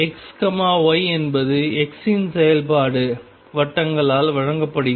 Y என்பது X இன் செயல்பாடு வட்டங்களால் வழங்கப்படுகிறது